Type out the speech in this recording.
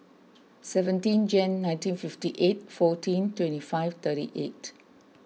seventeen Jan nineteen fifty eight fourteen twenty five thirty eight